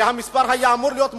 כי המספר היה אמור להיות מוכפל,